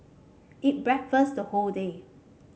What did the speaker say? eat breakfast the whole day